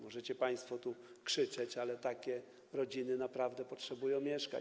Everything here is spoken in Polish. Możecie państwo tu krzyczeć, ale takie rodziny naprawdę potrzebują mieszkań.